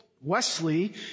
Wesley